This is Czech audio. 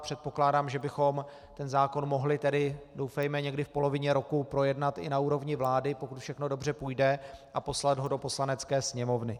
Předpokládám, že bychom ten zákon mohli tedy, doufejme, někdy v polovině roku projednat i na úrovni vlády, pokud všechno dobře půjde, a poslat ho do Poslanecké sněmovny.